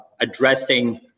addressing